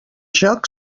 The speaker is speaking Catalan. joc